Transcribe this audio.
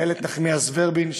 איילת נחמיאס ורבין,